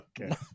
Okay